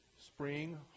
spring